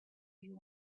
you